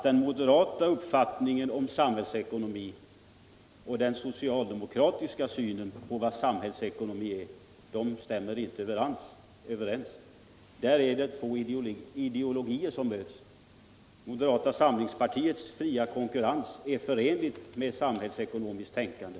Den moderata uppfattningen om samhällsekonomi och den socialdemokratiska uppfattningen om vad samhällsekonomi är stämmer inte överens. Där är det två olika ideologier som möts. Moderata samlingspartiets fria konkurrens är förenlig med moderat samhällsekonomiskt tänkande.